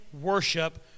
worship